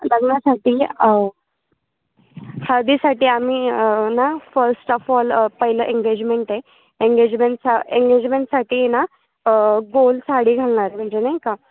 लग्नासाठी हळदीसाठी आम्ही ना फर्स्ट ऑफ ऑल पहिलं एंगेजमेंट आहे एंगेजमेंट सा एंगेजमेंटसाठी आहे ना गोल साडी घालणार आहे म्हणजे नाही का